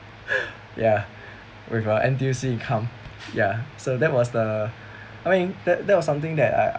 ya with uh N_T_U_C income ya so that was the I mean that that was something that I